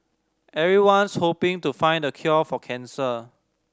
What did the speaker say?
everyone's hoping to find the cure for cancer